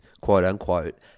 quote-unquote